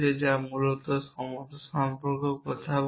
যা মূলত সমতা সম্পর্কেও কথা বলে